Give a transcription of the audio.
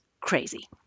crazy